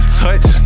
touch